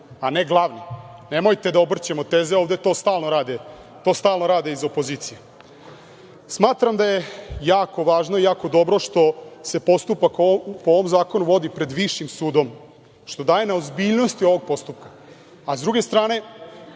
a ne glavni. Nemojte da obrćemo teze. Ovde to stalno rade iz opozicije. Smatram da je jako važno i jako dobro što se postupak, po ovom zakonu, vodi pred višim sudom, što daje na ozbiljnosti ovog postupka. S druge strane,